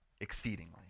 exceedingly